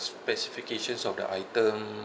specifications of the item